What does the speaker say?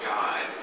God